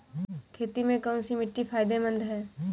खेती में कौनसी मिट्टी फायदेमंद है?